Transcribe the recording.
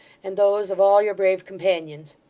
and those of all your brave companions.